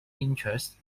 interest